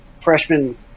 freshman